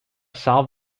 solved